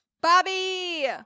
Bobby